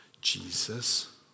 Jesus